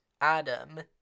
Adam